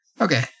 Okay